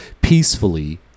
peacefully